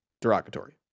derogatory